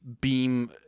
beam